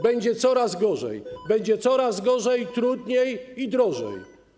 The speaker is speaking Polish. Będzie coraz gorzej - będzie coraz gorzej, trudniej i drożej.